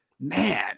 man